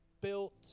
built